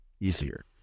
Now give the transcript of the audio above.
easier